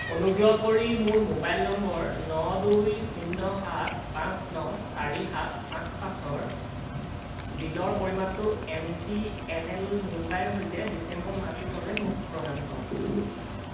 অনুগ্ৰহ কৰি মোৰ মোবাইল নম্বৰ ন দুই শূন্য সাত পাঁচ ন চাৰি সাত পাঁচ পাঁচৰ বিলৰ পৰিমাণটো এম টি এন এল মুম্বাইৰ সৈতে ডিচেম্বৰ মাহটোৰ বাবে মোক প্ৰদান কৰক